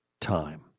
time